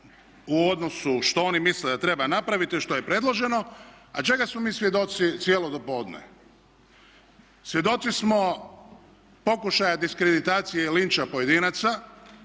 u odnosu što oni misle da treba napraviti i što je predloženo, a čega smo mi svjedoci cijelo dopodne? Svjedoci smo pokušaja diskreditacije i linča pojedinaca